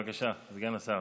בבקשה, סגן השר.